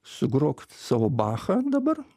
sugrok savo bachą dabar